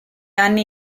anni